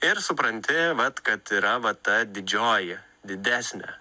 ir supranti vat kad yra va ta didžioji didesnė